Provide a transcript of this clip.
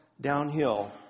downhill